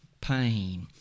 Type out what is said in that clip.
pain